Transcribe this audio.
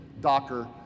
Docker